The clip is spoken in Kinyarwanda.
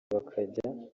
bakajya